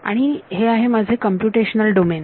आणि हे आहे माझे कम्प्युटेशनल डोमेन